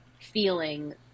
feeling